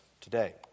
today